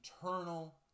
eternal